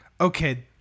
Okay